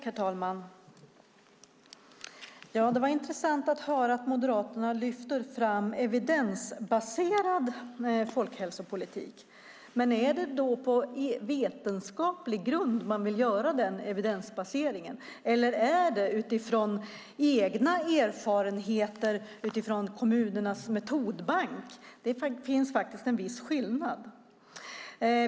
Herr talman! Det var intressant att höra att Moderaterna lyfter fram evidensbaserad folkhälsopolitik. Är det då på vetenskaplig grund man vill göra den evidensbaseringen eller är det utifrån egna erfarenheter och utifrån kommunernas metodbank? Där finns en viss skillnad.